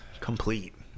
Complete